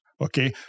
okay